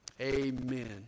Amen